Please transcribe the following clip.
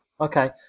Okay